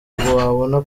wabona